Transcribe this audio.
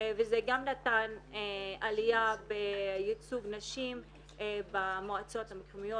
וזה גם נתן עלייה בייצוג נשים במועצות המקומיות.